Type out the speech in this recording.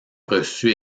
reçut